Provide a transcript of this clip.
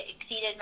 exceeded